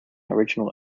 original